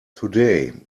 today